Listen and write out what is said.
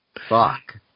Fuck